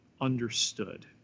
understood